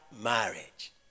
marriage